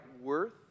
worth